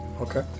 Okay